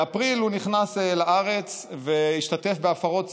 באפריל הוא נכנס לארץ והשתתף בהפרות סדר,